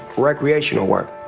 recreational work.